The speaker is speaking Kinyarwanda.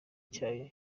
cyayo